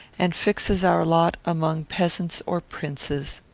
and fixes our lot among peasants or princes.